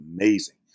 amazing